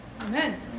Amen